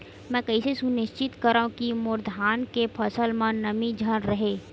मैं कइसे सुनिश्चित करव कि मोर धान के फसल म नमी झन रहे?